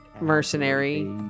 mercenary